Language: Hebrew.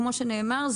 כמו שנאמר,